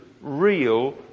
real